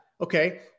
Okay